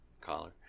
collar